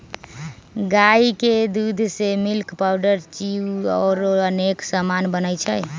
गाई के दूध से मिल्क पाउडर घीउ औरो अनेक समान बनै छइ